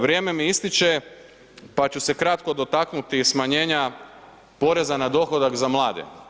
Vrijeme mi ističe pa ću se kratko dotaknuti smanjena poreza na dohodak za mlade.